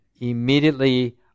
immediately